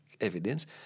evidence